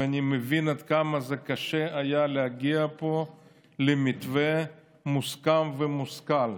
ואני מבין עד כמה קשה היה להגיע פה למתווה מוסכם ומושכל,